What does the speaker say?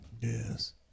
Yes